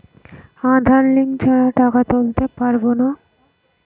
আধার link ছাড়া টাকা তুলতে পারব না?